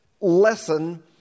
lesson